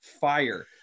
fire